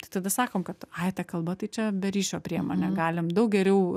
tai tada sakom kad ai ta kalba tai čia be ryšio priemonė galim daug geriau